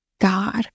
God